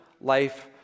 life